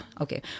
okay